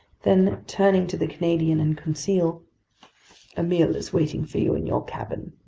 then, turning to the canadian and conseil a meal is waiting for you in your cabin,